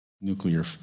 nuclear